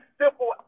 simple